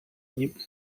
nim